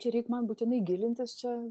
čia reik man būtinai gilintis čia